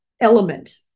element